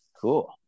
cool